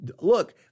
look